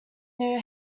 new